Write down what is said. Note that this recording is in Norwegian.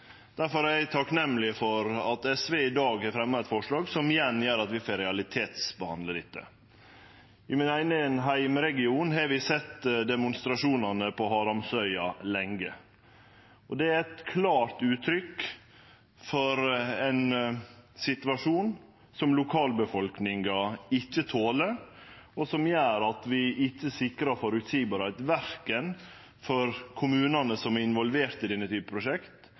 er eg takknemleg for at SV i dag har fremja eit forslag som gjer at vi får realitetsbehandle dette. I min eigen heimregion har vi sett demonstrasjonane på Haramsøya lenge. Det er eit klart uttrykk for ein situasjon som lokalbefolkninga ikkje toler, og som gjer at vi ikkje sikrar føreseielegheit for dei kommunane som er involverte i denne typen prosjekt,